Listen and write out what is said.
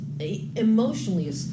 emotionally